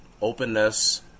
Openness